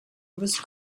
was